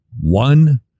one